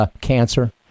cancer